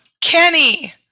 Kenny